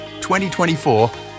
2024